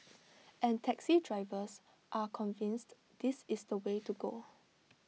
and taxi drivers are convinced this is the way to go